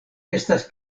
estas